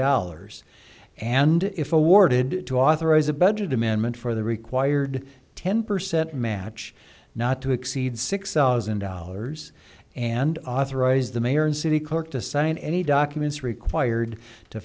dollars and if awarded to authorize a budget amendment for the required ten percent match not to exceed six thousand dollars and authorize the mayor and city clerk to sign any documents required to